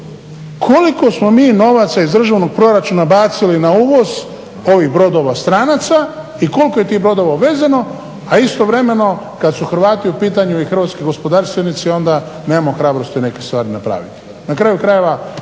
koliko smo mi novaca iz državnog proračuna bacili na uvoz ovih brodova stranaca i koliko je tih brodova uvezeno, a istovremeno kada su Hrvati u pitanju i hrvatski gospodarstvenici onda nemamo hrabrosti neke stvari napraviti.